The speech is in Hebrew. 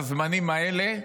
בזמנים האלה.